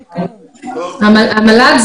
המל"ג,